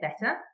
better